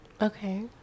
okay